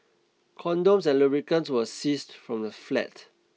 condoms and lubricants were seized from the flat